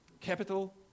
capital